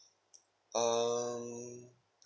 um